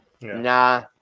nah